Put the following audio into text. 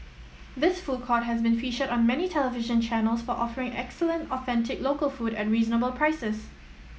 this food court has been featured on many television channels for offering excellent authentic local food at reasonable prices